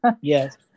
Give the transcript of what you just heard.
Yes